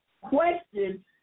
question